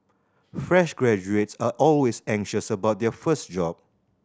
fresh graduates are always anxious about their first job